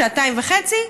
שעתיים וחצי,